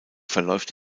verläuft